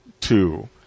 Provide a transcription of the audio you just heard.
two